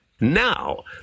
Now